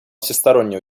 всестороннее